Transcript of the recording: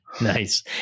Nice